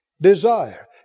Desire